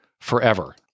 forever